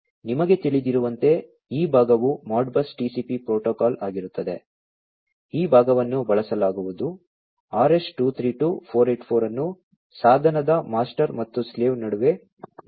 ನಿಮಗೆ ತಿಳಿದಿರುವಂತೆ ಈ ಭಾಗವು Modbus TCP ಪ್ರೋಟೋಕಾಲ್ ಆಗಿರುತ್ತದೆ ಈ ಭಾಗವನ್ನು ಬಳಸಲಾಗುವುದು RS 232 484 ಅನ್ನು ಸಾಧನದ ಮಾಸ್ಟರ್ ಮತ್ತು ಸ್ಲೇವ್ ನಡುವೆ ಬಳಸಬಹುದು